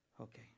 Okay